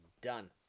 done